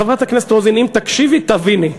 חברת הכנסת רוזין, אם תקשיבי, תביני.